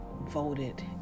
voted